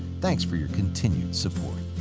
thanks for your continued support.